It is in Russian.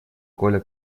коля